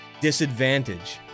disadvantage